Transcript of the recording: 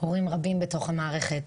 הורים רבים בתוך המערכת,